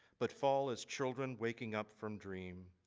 but fall is children waking up from dream.